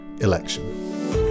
Election